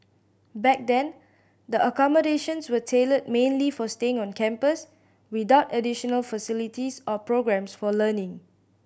back then the accommodations were tailored mainly for staying on campus without additional facilities or programmes for learning